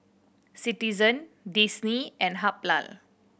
Citizen Disney and Habhal